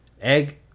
egg